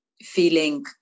feeling